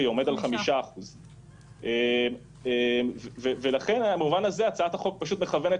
ועומד על 5%. במובן הזה הצעת החוק פשוט מכוונת